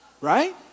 Right